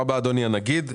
תודה רבה, אדוני הנגיד.